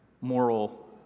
moral